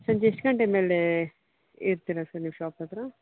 ಸಂಜೆ ಎಷ್ಟು ಗಂಟೆ ಮೇಲೆ ಇರ್ತೀರಾ ಸರ್ ನೀವು ಶಾಪ್ ಹತ್ತಿರ